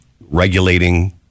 regulating